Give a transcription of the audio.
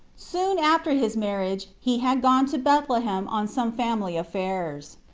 soon after his marriage he had gone to bethlehem on some family affairs.